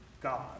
God